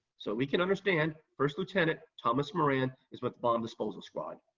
so we can understand first lieutenant thomas moran is with the bomb disposal squad.